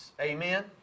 Amen